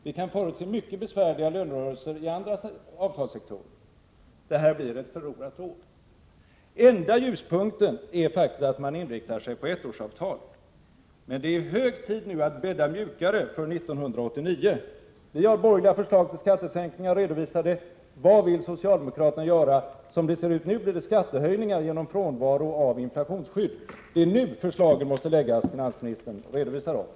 Vi kan förutse mycket besvärliga lönerörelser inom andra avtalssektorer. Det här blir ett förlorat år. Enda ljuspunkten är faktiskt att man inriktar sig på ettårsavtal. Det är hög tid nu att bädda mjukare för 1989. Det gör de borgerliga genom de förslag till skattesänkningar som är redovisade. Vad vill socialdemokraterna göra? Som det ser ut nu blir det skattehöjningar genom frånvaro av inflationsskydd. Det är nu förslagen måste läggas fram, finansministern. Redovisa dem!